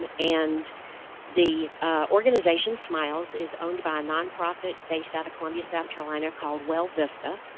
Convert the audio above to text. um and the organization, smiles, is owned by a nonprofit based out of columbia, south carolina called welvista.